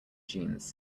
jeans